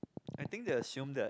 I think they assume that